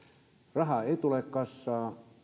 rahaa ei tule kassaan